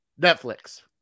Netflix